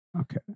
okay